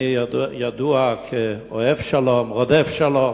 אני ידוע כאוהב שלום, רודף שלום,